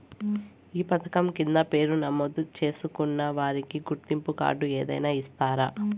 ఈ పథకం కింద పేరు నమోదు చేసుకున్న వారికి గుర్తింపు కార్డు ఏదైనా ఇస్తారా?